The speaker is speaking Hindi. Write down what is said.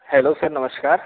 हेलो सर नमस्कार